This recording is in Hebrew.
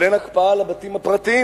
אבל אין הקפאה על הבתים הפרטיים.